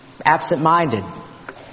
absent-minded